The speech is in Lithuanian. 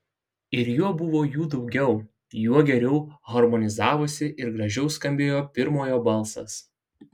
ir juo buvo jų daugiau juo geriau harmonizavosi ir gražiau skambėjo pirmojo balsas